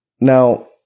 Now